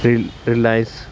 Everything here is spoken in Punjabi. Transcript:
ਰਿ ਰਿਲਾਇੰਸ